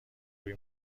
روی